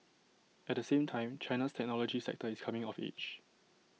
at the same time China's technology sector is coming of age